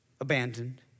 abandoned